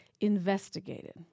investigated